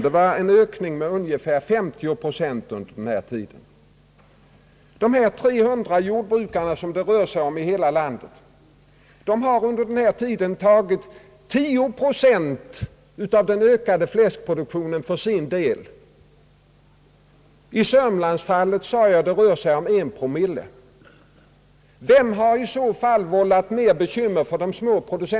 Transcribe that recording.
Det var en ökning med ungefär 50 procent under denna tid. Dessa 300 jordbrukare som det rör sig om i hela landet har under denna tid tagit ytterligare 10 procent av den totala fläskproduktionen för sin del. Producenterna med mer än 500 svin i årsleverans har ökat sin andel från 30 till 40 procent. I Södermanlandsfallet rör det sig om 1 promille.